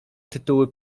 tytuły